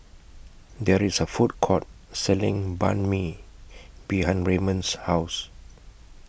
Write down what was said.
There IS A Food Court Selling Banh MI behind Rayburn's House